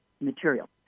material